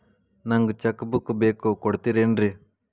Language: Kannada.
ನಂಗ ಚೆಕ್ ಬುಕ್ ಬೇಕು ಕೊಡ್ತಿರೇನ್ರಿ?